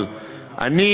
אבל אני